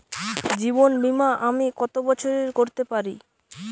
জীবন বীমা আমি কতো বছরের করতে পারি?